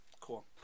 Cool